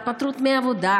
התפטרות מעבודה,